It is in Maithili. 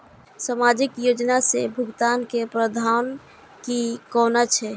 सामाजिक योजना से भुगतान के प्रावधान की कोना छै?